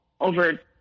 over